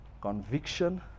Conviction